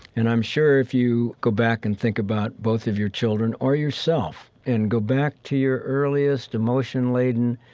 and i'm sure if you go back and think about both of your children or yourself and go back to your earliest emotion-laden,